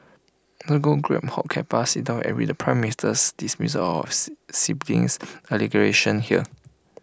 no go grab hot cuppa sit down and read the prime Minister's dismissal his siblings allegations here